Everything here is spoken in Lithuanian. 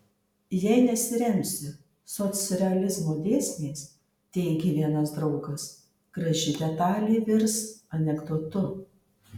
jei nesiremsi socrealizmo dėsniais teigė vienas draugas graži detalė virs anekdotu